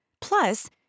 Plus